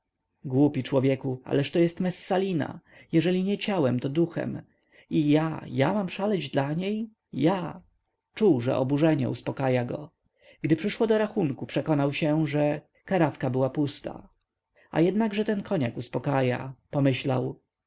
głupi człowieku ależ to jest messalina jeżeli nie ciałem to duchem i ja ja mam szaleć dla niej ja czuł że oburzenie uspakaja go gdy przyszło do rachunku przekonał się że karafka była pusta a jednakże ten koniak uspakaja pomyślał